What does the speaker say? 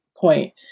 point